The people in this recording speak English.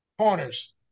corners